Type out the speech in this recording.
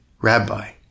rabbi